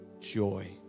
joy